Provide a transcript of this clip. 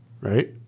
right